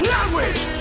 Language